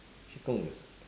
qi-gong is